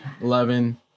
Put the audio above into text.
Eleven